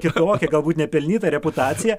kitokią galbūt nepelnytą reputaciją